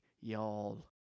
y'all